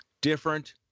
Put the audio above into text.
different